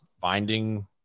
finding